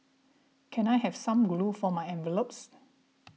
can I have some glue for my envelopes